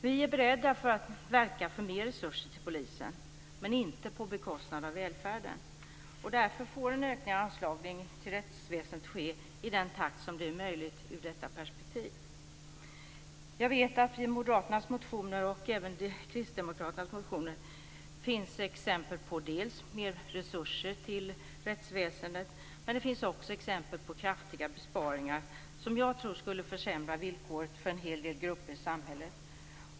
Vi är beredda att verka för mer resurser till polisen, men inte på bekostnad av välfärden. Därför får en ökning av anslaget till rättsväsendet ske i den takt som det är möjligt ur detta perspektiv. Jag vet att det i moderaternas motioner och även i kristdemokraternas finns exempel på mer resurser till rättsväsendet, men det finns också exempel på kraftiga besparingar som jag tror skulle försämra villkoren för en hel del grupper i samhället.